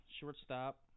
shortstop